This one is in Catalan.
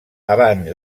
abans